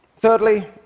thirdly.